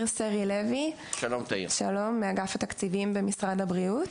לוי, מאגף תקציבים במשרד הבריאות.